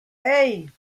hey